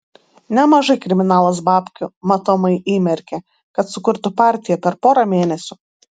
nemažai kriminalas babkių matomai įmerkė kad sukurtų partiją per porą mėnesių